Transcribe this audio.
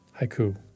Haiku